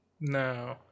no